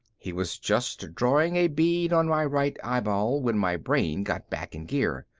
he was just drawing a bead on my right eyeball when my brain got back in gear.